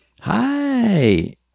Hi